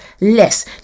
less